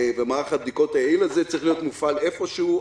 מערך הבדיקות היעיל הזה צריך להיות מופעל איפשהו.